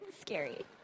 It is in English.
Scary